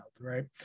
right